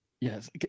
Yes